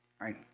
right